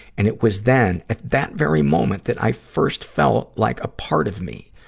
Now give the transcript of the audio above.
and it was then, at that very moment, that i first felt like a part of me,